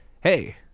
Hey